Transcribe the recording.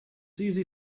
easy